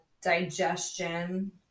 digestion